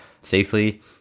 safely